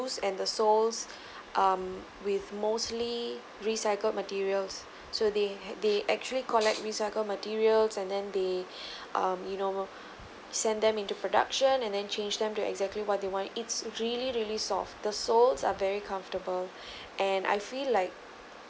and the sole um with mostly recycled materials so they they actually collect recycled materials and then they um you know send them into production and then change them to exactly what they want it's really really soft the soles are very comfortable and I feel like